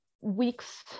weeks